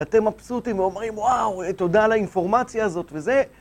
אתם מבסוטים ואומרים וואו תודה על האינפורמציה הזאת וזה